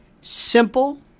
Simple